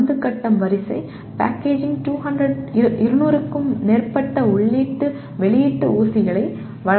பந்து கட்டம் வரிசை பேக்கேஜிங் 200 க்கும் மேற்பட்ட உள்ளீட்டு வெளியீட்டு ஊசிகளை வழங்க முடியும்